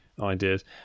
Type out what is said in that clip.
ideas